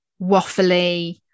waffly